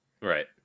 right